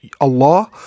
Allah